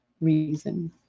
reason